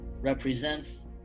represents